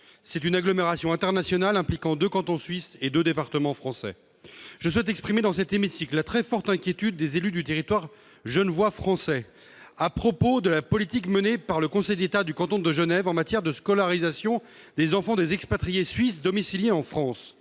C'est une agglomération internationale qui implique deux cantons suisses et deux départements français. Je souhaite exprimer dans cet hémicycle la très forte inquiétude des élus du territoire genevois français à propos de la politique menée par le Conseil d'État du canton de Genève en matière de scolarisation des enfants des expatriés suisses domiciliés en France.